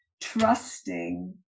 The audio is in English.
trusting